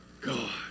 God